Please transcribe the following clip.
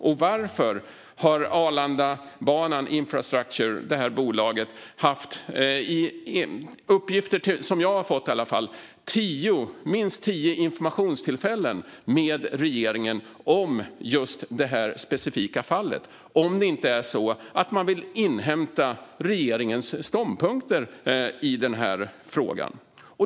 Och varför har bolaget Arlandabanan Infrastructure, i alla fall enligt uppgifter som jag har fått, haft minst tio informationstillfällen med regeringen om just det här specifika fallet om det inte är så att man vill inhämta regeringens ståndpunkter i frågan?